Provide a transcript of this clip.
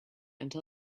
until